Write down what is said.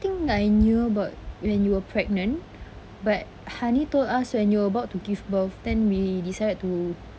think I knew about when you were pregnant but hani told us when you were about to give birth then we decided to